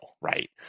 right